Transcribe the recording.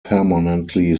permanently